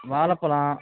வாழைப்பலம்